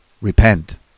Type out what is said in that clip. repent